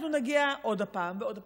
אנחנו נגיע עוד פעם ועוד פעם,